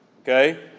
Okay